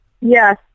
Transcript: Yes